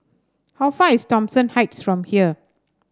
how far is Thomson Heights from here